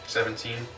Seventeen